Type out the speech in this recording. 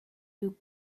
deux